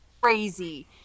crazy